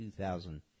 2,000